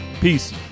Peace